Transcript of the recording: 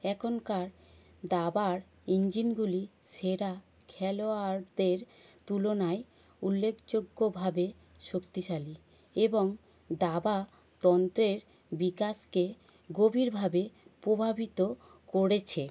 এখনকার দাবার ইঞ্জিনগুলি সেরা খেলোয়াড়দের তুলনায় উল্লেখযোগ্যভাবে শক্তিশালী এবং দাবা তন্ত্রের বিকাশকে গভীরভাবে প্রভাবিত করেছে